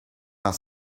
are